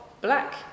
black